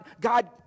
God